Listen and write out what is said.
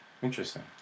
Interesting